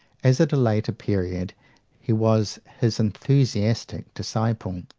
as at a later period he was his enthusiastic disciple.